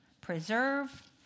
preserve